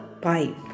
pipe